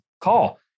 call